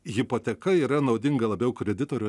hipoteka yra naudinga labiau kreditoriui